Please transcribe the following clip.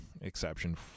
exception